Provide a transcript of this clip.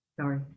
Sorry